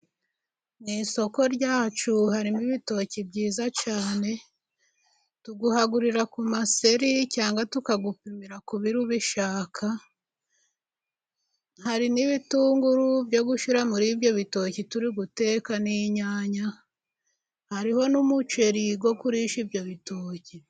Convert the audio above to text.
Mu isoko ryacu harimo ibitoki byiza cyane. Tuguhagurira ku maseri cyangwa se tukagupimira ku biro ubishaka. Hari n'ibitunguru byo gushyira muri ibyo bitoki turiguteka n' inyanya, hariho n'umuceri wo kurisha ibyo bitoki.